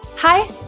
Hi